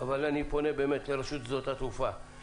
אבל אני פונה לרשות שדות התעופה,